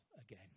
again